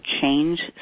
change